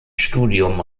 studium